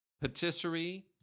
patisserie